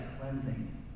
cleansing